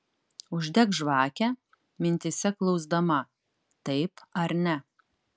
uždek žvakę mintyse klausdama taip ar ne